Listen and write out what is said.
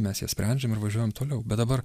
mes jas sprendžiam ir važiuojam toliau bet dabar